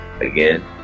again